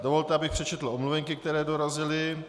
Dovolte, abych přečetl omluvenky, které dorazily.